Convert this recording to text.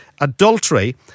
Adultery